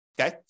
Okay